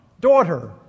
daughter